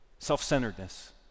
self-centeredness